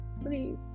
please